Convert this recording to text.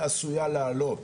היא עשוייה לעלות